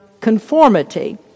conformity